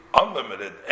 unlimited